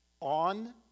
On